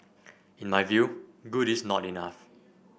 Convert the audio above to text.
in my view good is not enough